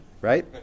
right